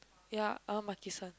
ya I want Maki-San